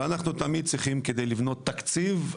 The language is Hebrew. כשאני בונה את התקציב,